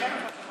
יכול להיות.